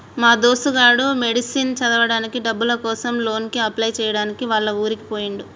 మా దోస్తు గాడు మెడిసిన్ చదవడానికి డబ్బుల కోసం లోన్ కి అప్లై చేయడానికి వాళ్ల ఊరికి పోయిండు